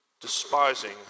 despising